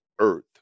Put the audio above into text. earth